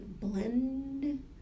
blend